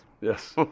Yes